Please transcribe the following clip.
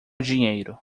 dinheiro